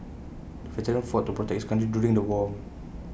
the veteran fought to protect his country during the war